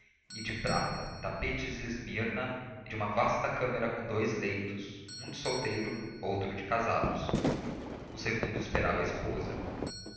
e de prata tapetes de esmirna e uma vasta câmara com dous leitos um de solteiro outro de casados o segundo esperava a esposa